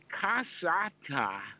Kasata